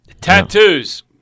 tattoos